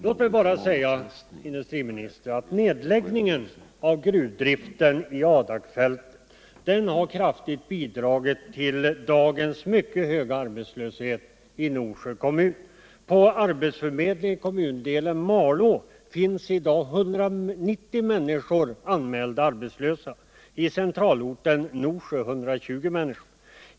Låt mig bara säga, industriministern, att nedläggningen av gruvdriften i Adakfältet har kraftigt bidragit till dagens mycket höga arbetslöshet i Norsjö kommun. På arbetsförmedlingen i kommundelen Malå finns i dag 190 människor anmälda arbetslösa och i centralorten Norsjö 120.